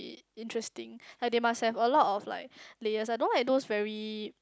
interesting like they must have a lot of like layers I don't like those very